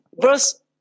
verse